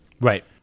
Right